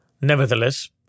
Nevertheless